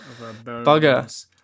Bugger